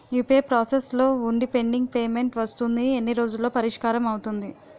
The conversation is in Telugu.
యు.పి.ఐ ప్రాసెస్ లో వుందిపెండింగ్ పే మెంట్ వస్తుంది ఎన్ని రోజుల్లో పరిష్కారం అవుతుంది